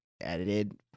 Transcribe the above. edited